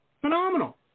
phenomenal